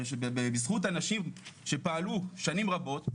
ובזכות אנשים שפעלו שנים רבות,